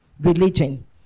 religion